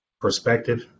perspective